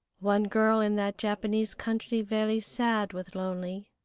one girl in that japanese country very sad with lonely.